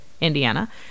Indiana